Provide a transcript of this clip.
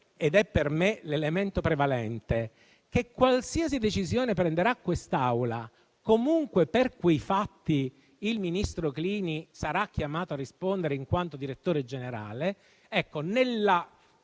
ed è per me l'elemento prevalente - che qualsiasi decisione prenderà l'Assemblea, comunque per quei fatti il ministro Clini sarà chiamato a rispondere in quanto direttore generale. Nella